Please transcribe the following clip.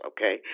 Okay